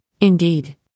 Indeed